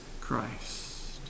Christ